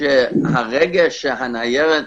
שברגע שהניירת